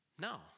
No